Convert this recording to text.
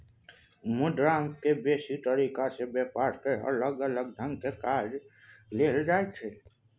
मुद्रा के बेसी तरीका से ब्यापार में अलग अलग ढंग से काज लेल जाइत छै